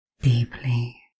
deeply